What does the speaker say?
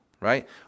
right